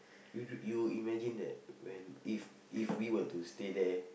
you you imagine that when if if we were to stay there